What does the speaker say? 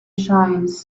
shines